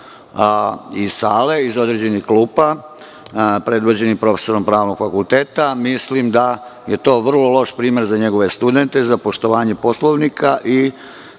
iz sale, iz određenih klupa, predvođeni profesorom pravnog fakulteta, mislim da je to vrlo loš primer za njegove studente, za poštovanje Poslovnika i